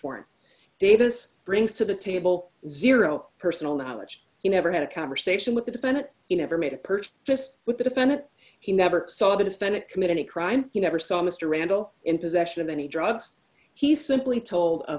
warrant davis brings to the table zero personal knowledge you never had a conversation with the defendant you never made a perch just with the defendant he never saw the defendant commit any crime you never saw mr randall in possession of any drugs he simply told of